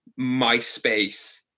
MySpace